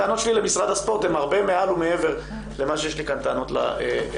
הטענות למשרד הספורט הם הרבה מעל ומעבר במה שיש לי כאן טענות לטוטו.